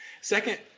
second